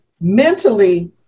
mentally